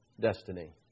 destiny